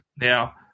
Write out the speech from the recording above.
Now